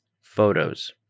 photos